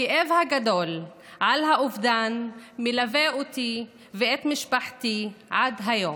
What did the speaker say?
הכאב הגדול על האובדן מלווה אותי ואת משפחתי עד היום.